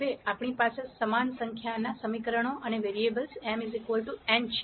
હવે આપણી પાસે સમાન સંખ્યાનાં સમીકરણો અને વેરીએબલ્સ m n છે